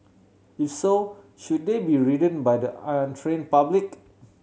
if so should they be ridden by the untrained public